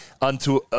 unto